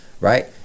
right